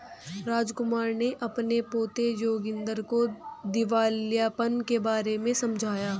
रामकुमार ने अपने पोते जोगिंदर को दिवालियापन के बारे में समझाया